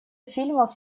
фильмов